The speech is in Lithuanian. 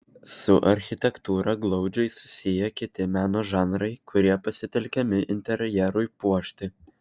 su architektūra glaudžiai susiję kiti meno žanrai kurie pasitelkiami interjerui puošti